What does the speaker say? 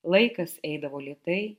laikas eidavo lėtai